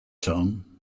tom